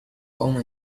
home